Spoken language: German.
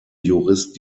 jurist